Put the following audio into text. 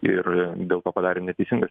ir dėl to padarė neteisingą sprendimą